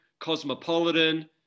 cosmopolitan